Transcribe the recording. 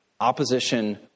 Opposition